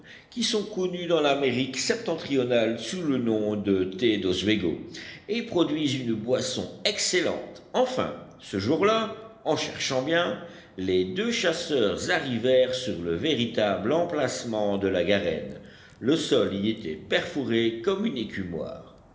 qui sont connues dans l'amérique septentrionale sous le nom de thé d'oswego et produisent une boisson excellente enfin ce jour-là en cherchant bien les deux chasseurs arrivèrent sur le véritable emplacement de la garenne le sol y était perforé comme une